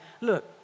look